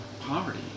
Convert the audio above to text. poverty